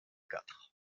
quatre